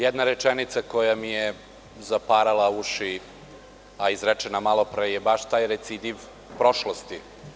Jedna rečenica koja mi je zaparala uši, a izrečena je malopre, to je baš taj recidiv prošlosti.